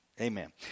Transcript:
Amen